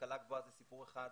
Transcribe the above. השכלה גבוהה זה סיפור אחד,